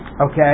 Okay